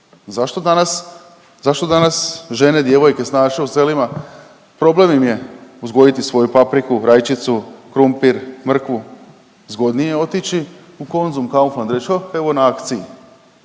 zašto danas žene, djevojke, snaše, u selima, problem im je uzgojiti svoju papriku, rajčicu, krumpir, mrkvu, zgodnije je otići u Konzum i u Kaufland i reć ha evo na akciji.